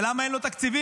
ולמה אין לו תקציבים?